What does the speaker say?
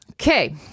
Okay